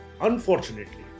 unfortunately